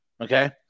Okay